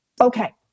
Okay